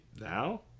now